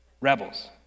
Rebels